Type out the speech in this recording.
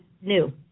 new